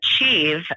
achieve